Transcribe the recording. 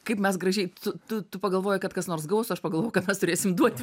kaip mes gražiai tu tu pagalvojai kad kas nors gaus o aš pagalvojau kad mes turėsim duoti